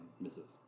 Misses